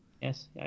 Yes